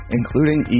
including